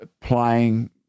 playing